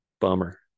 bummer